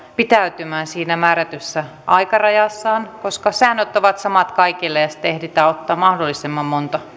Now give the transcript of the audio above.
pitäytymään siinä määrätyssä aikarajassa koska säännöt ovat samat kaikille ja siten ehditään ottamaan mahdollisimman monta